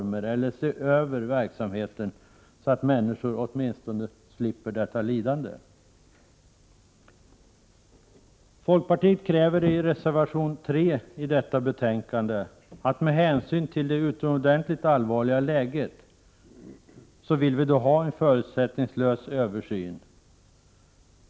1988/89:25 verksamheten och vidta erforderliga åtgärder, så att människor åtminstone 16 november 1988 slipper lida? RE Er Vi i folkpartiet kräver i reservation 3 i detta betånkande att, med hänsyn till det utomordentligt allvarliga läget, en förutsättningslös översyn görs.